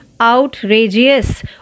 Outrageous